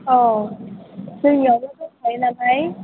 औ जोंनियानो दंखायो नालाय